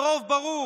ברוב ברור.